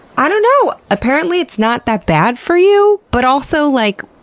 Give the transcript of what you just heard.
i dunno, apparently it's not that bad for you, but also like,